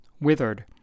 withered